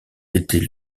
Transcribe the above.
était